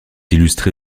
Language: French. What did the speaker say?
illustré